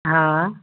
हा